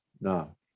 No